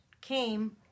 came